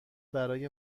برای